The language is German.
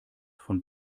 von